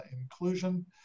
inclusion